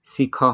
ଶିଖ